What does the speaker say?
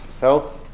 health